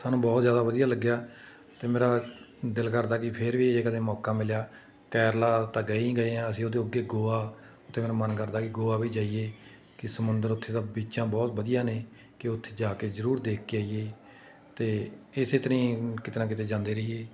ਸਾਨੂੰ ਬਹੁਤ ਜ਼ਿਆਦਾ ਵਧੀਆ ਲੱਗਿਆ ਅਤੇ ਮੇਰਾ ਦਿਲ ਕਰਦਾ ਕਿ ਫਿਰ ਵੀ ਜੇ ਕਦੇ ਮੌਕਾ ਮਿਲਿਆ ਕੇਰਲਾ ਤਾਂ ਗਏ ਹੀ ਗਏ ਹਾਂ ਅਸੀਂ ਉਹਦੇ ਅੱਗੇ ਗੋਆ ਅਤੇ ਮੇਰਾ ਮਨ ਕਰਦਾ ਕਿ ਗੋਆ ਵੀ ਜਾਈਏ ਕਿ ਸਮੁੰਦਰ ਉੱਥੇ ਤਾਂ ਬੀਚਾਂ ਬਹੁਤ ਵਧੀਆ ਨੇ ਕਿ ਉੱਥੇ ਜਾ ਕੇ ਜ਼ਰੂਰ ਦੇਖ ਕੇ ਆਈਏ ਅਤੇ ਇਸੇ ਤਰ੍ਹਾਂ ਹੀ ਕਿਤੇ ਨਾ ਕਿਤੇ ਜਾਂਦੇ ਰਹੀਏ